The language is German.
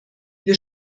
wir